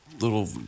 little